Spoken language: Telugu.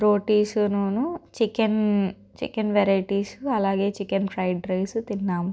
రోటీసునూను చికెన్ చికెన్ వెరైటీసు అలాగే చికెన్ ఫ్రైడ్ రైసు తిన్నాము